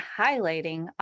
highlighting